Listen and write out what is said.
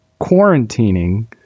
quarantining